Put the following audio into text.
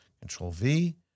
Control-V